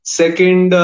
second